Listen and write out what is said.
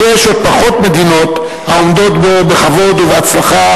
ויש עוד פחות מדינות העומדות בו בכבוד ובהצלחה